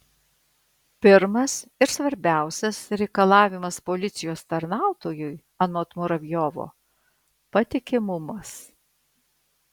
pirmas ir svarbiausias reikalavimas policijos tarnautojui anot muravjovo patikimumas